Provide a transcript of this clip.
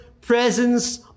presence